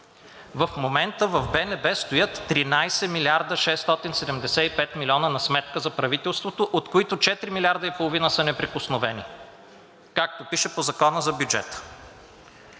В момента в БНБ стоят 13 милиарда 675 милиона на сметка за правителството, от които 4,5 милиарда са неприкосновени, както пише по Закона за бюджета.